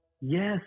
Yes